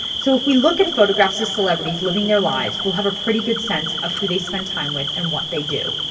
so if we look at photographs of celebrities living their lives, we'll have a pretty good sense of who they spend time with and what they do.